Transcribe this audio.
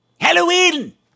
Halloween